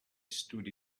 stood